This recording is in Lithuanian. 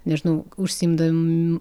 nežinau užsiimdam